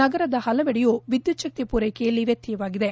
ನಗರದ ಪಲವೆಡೆಯೂ ವಿದ್ಯುಚ್ನಕ್ತಿ ಪೂರೈಕೆಯಲ್ಲಿ ವ್ಯತ್ತಯವಾಗಿದೆ